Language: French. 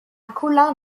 colin